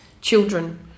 children